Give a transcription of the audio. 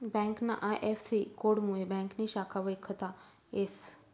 ब्यांकना आय.एफ.सी.कोडमुये ब्यांकनी शाखा वयखता येस